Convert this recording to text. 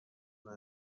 اونو